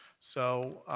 so,